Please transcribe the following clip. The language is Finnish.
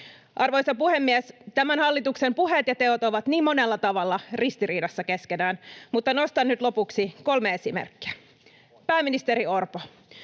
Arvoisa puhemies! Tämän hallituksen puheet ja teot ovat niin monella tavalla ristiriidassa keskenään, mutta nostan nyt lopuksi kolme esimerkkiä. Pääministeri Orpo: